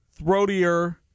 throatier